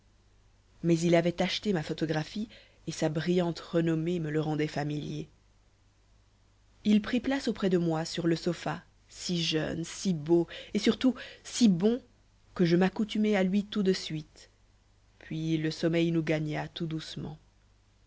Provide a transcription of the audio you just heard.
mais il avait acheté ma photographie et sa brillante renommée me le rendait familier il prit place auprès de moi sur le sopha si jeune si beau et surtout si bon que je m'accoutumai à lui tout de suite puis le sommeil nous gagna tout doucement